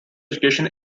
education